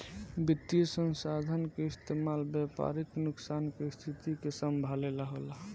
वित्तीय संसाधन के इस्तेमाल व्यापारिक नुकसान के स्थिति के संभाले ला होला